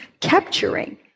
capturing